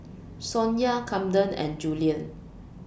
Sonya Kamden and Julian